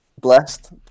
blessed